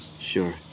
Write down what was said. Sure